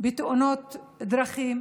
בתאונות דרכים.